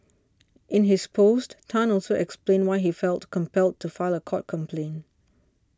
in his post Tan also explained why he felt compelled to file a court application